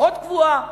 פחות קבועה.